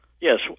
Yes